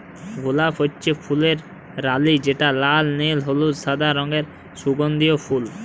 গলাপ হচ্যে ফুলের রালি যেটা লাল, নীল, হলুদ, সাদা রঙের সুগন্ধিও ফুল